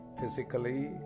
physically